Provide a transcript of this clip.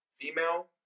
female